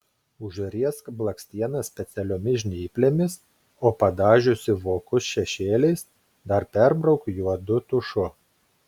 užriesk blakstienas specialiomis žnyplėmis o padažiusi vokus šešėliais dar perbrauk juodu tušu